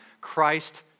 Christ